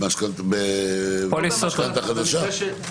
במשכנתה חדשה?